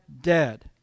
dead